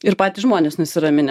ir patys žmonės nusiraminę